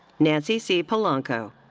nancy c. polanco.